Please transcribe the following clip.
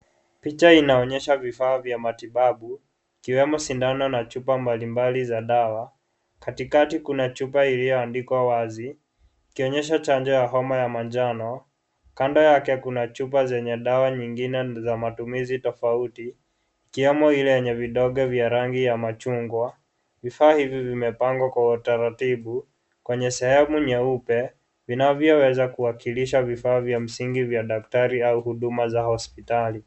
Picha inaonyesha vifaa vya matibabu ikiwemo sindano na chupa mbalimbali za dawa. Katikati kuna chupa iliyoandikwa wazi, ikionyesha chanjo ya homa ya manjano. Kando yake kuna chupa zenye dawa nyingine za matumizi tofauti ikiwemo ile yenye vidonge vya rangi ya machungwa. Vifaa hivi vimepangwa kwa utaratibu kwenye sehemu nyeupe; vinavyoweza kuwakilisha vifaa vya kimsingi vya daktari au huduma za hospitali.